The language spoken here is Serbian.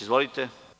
Izvolite.